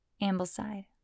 Ambleside